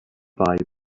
bye